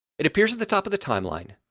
it appears at the top of the timeline.